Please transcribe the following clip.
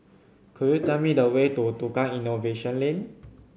could you tell me the way to Tukang Innovation Lane